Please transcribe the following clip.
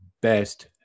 best